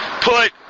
put